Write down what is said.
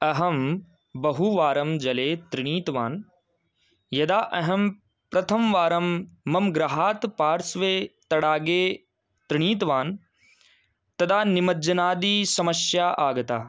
अहं बहुवारं जले तृणीतवान् यदा अहं प्रथमवारं मम गृहात् पार्श्वे तडागे तृणीतवान् तदा निमज्जनादिसमस्या आगता